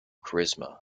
charisma